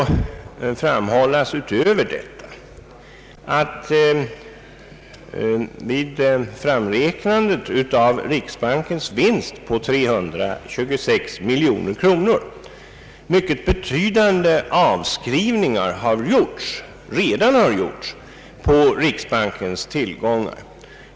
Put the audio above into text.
Härutöver förtjänar framhållas att vid framräknandet av riksbankens vinst på 326 miljoner kronor för år 1969 har redan mycket betydande avskrivningar gjorts på riksbankens tillgångar.